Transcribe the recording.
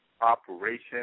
operation